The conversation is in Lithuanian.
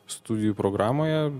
studijų programoje